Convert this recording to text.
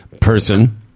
person